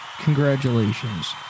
Congratulations